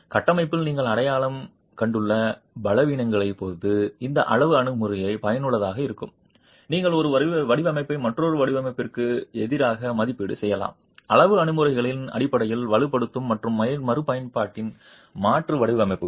கட்டமைப்பில் நீங்கள் அடையாளம் கண்டுள்ள பலவீனங்களைப் பொறுத்து இந்த அளவு அணுகுமுறையும் பயனுள்ளதாக இருக்கும் நீங்கள் ஒரு வடிவமைப்பை மற்றொரு வடிவமைப்பிற்கு எதிராக மதிப்பீடு செய்யலாம் அளவு அணுகுமுறைகளின் அடிப்படையில் வலுப்படுத்தும் மற்றும் மறுபயன்பாட்டின் மாற்று வடிவமைப்புகள்